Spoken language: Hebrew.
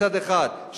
מצד אחד,